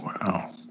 Wow